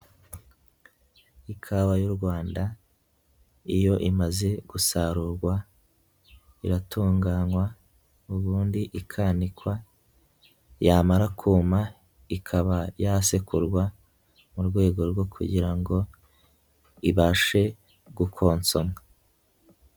Ikawa y'u Rwanda iyo imaze gusarurwa iratunganywa ubundi ikanikwa, yamara kuma ikaba yasekurwa mu rwego rwo kugira ngo ibashe gukonsomwa.